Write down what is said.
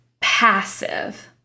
passive